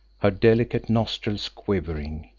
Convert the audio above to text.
her delicate nostrils quivering,